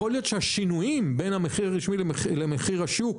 יכול להיות שהשינויים בין המחיר הרשמי למחיר השוק,